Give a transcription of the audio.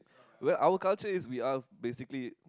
well our culture is we are basically